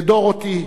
דורותי,